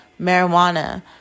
marijuana